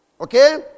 Okay